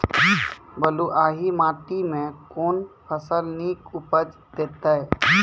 बलूआही माटि मे कून फसल नीक उपज देतै?